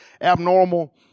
abnormal